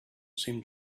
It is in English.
seemed